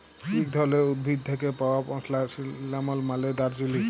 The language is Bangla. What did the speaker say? ইক ধরলের উদ্ভিদ থ্যাকে পাউয়া মসলা সিল্লামল মালে দারচিলি